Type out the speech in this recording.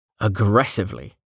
Aggressively